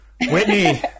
Whitney